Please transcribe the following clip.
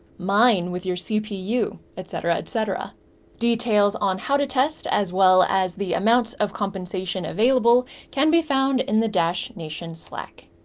mine with your cpu, etc. details on how to test as well as the amounts of compensation available can be found in the dash nation slack.